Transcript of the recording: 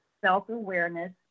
self-awareness